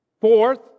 Fourth